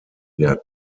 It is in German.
der